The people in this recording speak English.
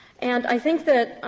and i think that,